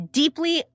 deeply